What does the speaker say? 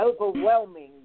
overwhelming